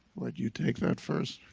would you take that first?